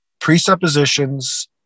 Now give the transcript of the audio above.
presuppositions